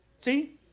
See